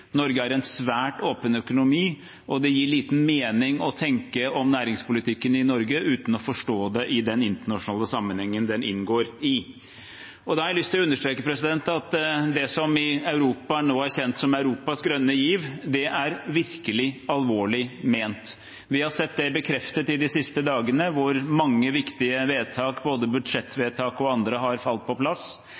Norge er en svært åpen økonomi, og det gir liten mening å tenke på næringspolitikken i Norge uten å forstå den i den internasjonale sammenhengen den inngår i. Da har jeg lyst til å understreke at det som i Europa nå er kjent som Europas grønne giv, virkelig er alvorlig ment. Vi har sett det bekreftet i de siste dagene, hvor mange viktige vedtak, både budsjettvedtaket og andre, har falt på plass.